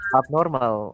abnormal